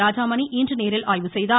ராஜாமணி இன்று நேரில் ஆய்வு செய்தார்